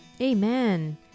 Amen